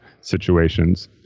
situations